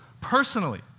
personally